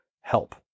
help